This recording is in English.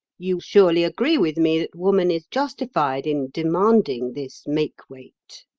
you surely agree with me that woman is justified in demanding this make-weight.